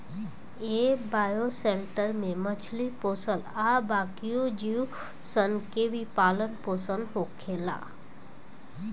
ए bioshelter में मछली पोसल आ बाकिओ जीव सन के भी पालन पोसन होखेला